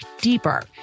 deeper